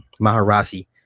Maharasi